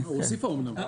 הוא הוסיף האומנם.